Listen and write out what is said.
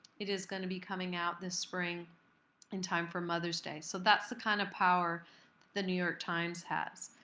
it is going to be coming out this spring in time for mother's day. so that's the kind of power the new york times has.